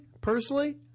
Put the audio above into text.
personally